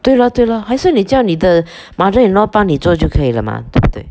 对 lor 对 lor 还是你叫你的 mother-in-law 帮你做就可以了 mah 对不对